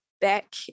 Back